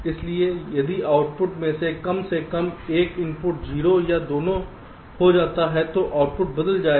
इसलिए यदि इनपुट में से कम से कम एक इनपुट 0 या दोनों हो जाता है तो आउटपुट बदल जाएगा